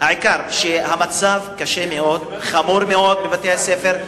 העיקר, המצב קשה מאוד, חמור מאוד בבתי-הספר.